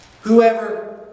Whoever